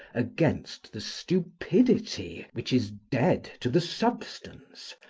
against the stupidity which is dead to the substance,